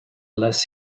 less